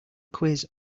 quiz